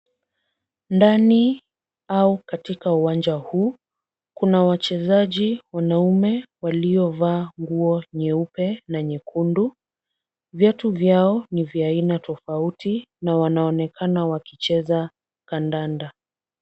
Ndani au katika uwanja huu kuna wachezaji wanaume waliovaa nguo nyeupe na nyekundu. Viatu vyao ni vya aina tofauti na wanaonekana wakicheza kandanda.